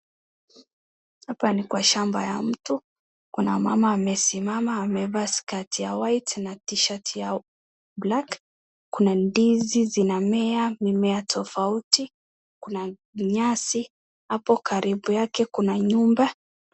Hapa ni kwa shamba ya mtu kuna mama amesimama amevaa skirt ya white na t shirt ya black kuna ndizi zinamea mimea tofauti kuna nyasi hapo karibu yake kuna nyumba.